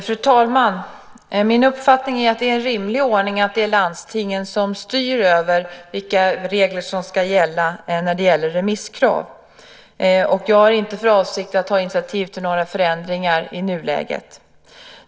Fru talman! Min uppfattning är att det är en rimlig ordning att det är landstingen som styr över vilka regler som ska gälla för remisskrav. Jag har inte för avsikt att ta initiativ till några förändringar i nuläget.